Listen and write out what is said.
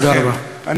דהיינו, האחוז הוא שולי.